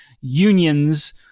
unions